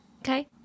Okay